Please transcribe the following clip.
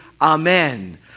Amen